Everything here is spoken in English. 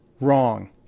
wrong